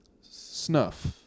snuff